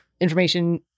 information